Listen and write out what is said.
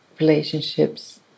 relationships